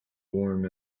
warm